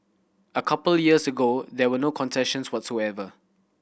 a couple years ago there were no concessions whatsoever